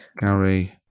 Gary